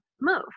move